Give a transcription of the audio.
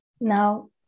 Now